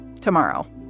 tomorrow